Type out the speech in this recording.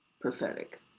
prophetic